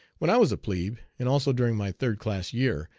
when i was a plebe, and also during my third-class year,